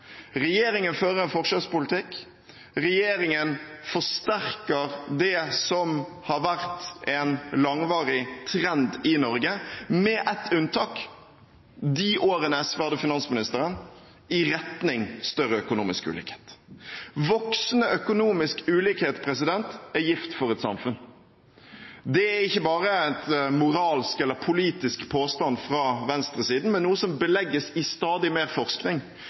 Regjeringen fører en forskjellspolitikk. Regjeringen forsterker det som har vært en langvarig trend i Norge – med ett unntak: de årene SV hadde finansministeren – i retning større økonomisk ulikhet. Voksende økonomisk ulikhet er gift for et samfunn. Det er ikke bare en moralsk eller politisk påstand fra venstresiden, men noe som belegges i stadig mer forskning,